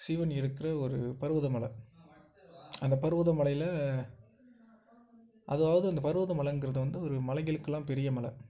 சிவன் இருக்கிற ஒரு பருவத மலை அந்த பருவத மலையில் அதாவது அந்த பருவத மலைங்கிறது வந்து ஒரு மலைகளுக்கெல்லாம் பெரிய மலை